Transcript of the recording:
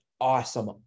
awesome